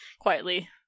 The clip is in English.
quietly